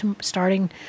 starting